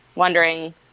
Wondering